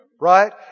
Right